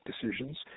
decisions